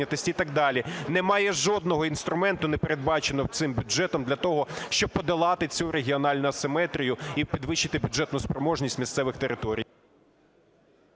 немає жодного інструменту не передбачено цим бюджетом для того, щоб подолати цю регіональну асиметрію і підвищити бюджетну спроможність місцевих територій.